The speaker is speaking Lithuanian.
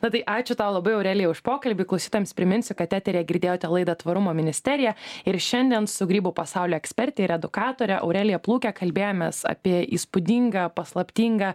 na tai ačiū tau labai aurelijai už pokalbį klausytojams priminsiu kad eteryje girdėjote laidą tvarumo ministerija ir šiandien su grybų pasaulio eksperte ir edukatore aurelija pluke kalbėjomės apie įspūdingą paslaptingą